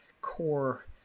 core